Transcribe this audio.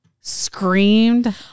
screamed